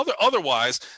Otherwise